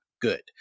good